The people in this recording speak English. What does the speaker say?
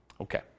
Okay